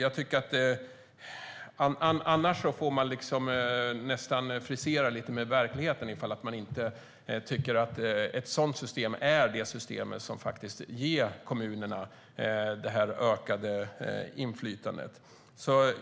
Annars får man nästan frisera verkligheten, ifall man inte tycker att ett sådant system är det system som ger kommunerna ökat inflytande.